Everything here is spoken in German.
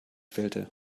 fehlte